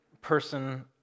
person